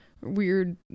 weird